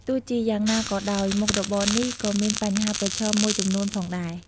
ទោះជាយ៉ាងណាក៏ដោយ មុខរបរនេះក៏មានបញ្ហាប្រឈមមួយចំនួនផងដែរ។